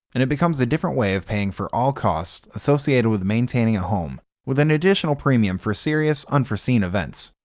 and it becomes a different way of paying for all costs associated with maintaining a home, with an additional premium for serious, unforeseen events.